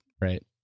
right